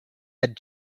had